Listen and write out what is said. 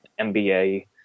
MBA